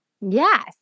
Yes